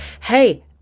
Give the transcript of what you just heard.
Hey